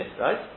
right